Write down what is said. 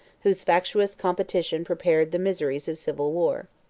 whose factious competition prepared the miseries of civil war.